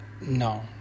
No